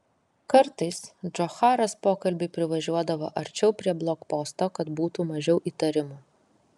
kartais džocharas pokalbiui privažiuodavo arčiau prie blokposto kad būtų mažiau įtarimų